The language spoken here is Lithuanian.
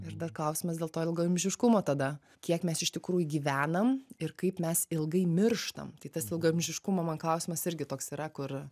ir dar klausimas dėl to ilgaamžiškumo tada kiek mes iš tikrųjų gyvenam ir kaip mes ilgai mirštam tai tas ilgaamžiškumo man klausimas irgi toks yra kur